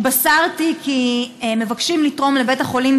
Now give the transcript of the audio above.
התבשרתי כי מבקשים לתרום לבית החולים